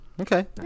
okay